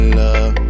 love